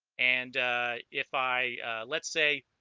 and if i let's say